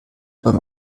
beim